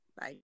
Bye